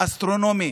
אסטרונומי